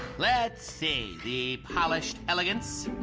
let's see. the polished elegance,